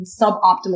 suboptimal